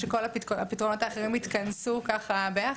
כשכל הפתרונות האחרים יתכנסו ביחד,